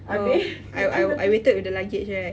oh I I I waited with the luggage right